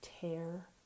tear